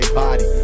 body